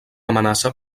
amenaça